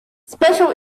special